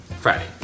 Friday